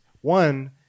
One